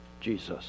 Jesus